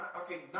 okay